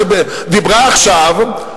שדיברה עכשיו,